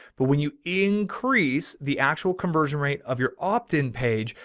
but when you increase the actual conversion rate of your opt in page,